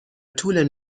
طول